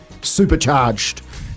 supercharged